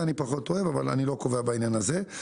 את זה אני פחות אוהב אבל אני לא קובע בעניין הזה.